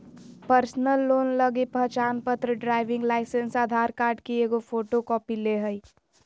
personal loan लगी पहचानपत्र, driving licence, Aadhaar card की एगो फोटोकॉपी ले हइ